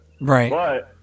Right